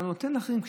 כשאתה נותן לאחרים.